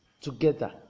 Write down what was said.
Together